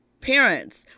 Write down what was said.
parents